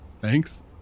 Thanks